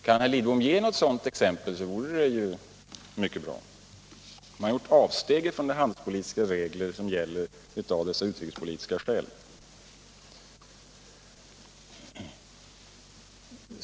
Kan herr Lidbom ge något annat exempel vore det mycket bra. Har man gjort avsteg från de handelspolitiska regler som gäller av dessa utrikespolitiska skäl?